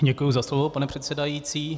Děkuji za slovo, pane předsedající.